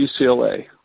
UCLA